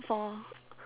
for